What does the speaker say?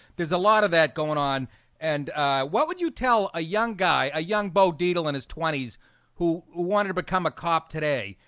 there's a lot of that going on and what would you tell a young guy a young bo dietl in his twenty s who wanted to become a cop today?